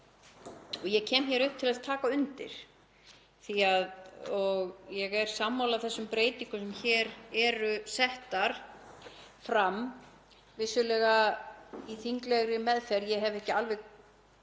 Ég kem hér upp til að taka undir. Ég er sammála þeim breytingum sem hér eru settar fram. Vissulega eru þær í þinglegri meðferð, ég hef ekki alveg